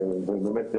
ובאמת,